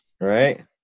Right